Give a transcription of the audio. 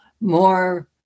More